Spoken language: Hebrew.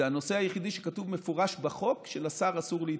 זה הנושא היחידי שכתוב במפורש בחוק שלשר אסור להתערב.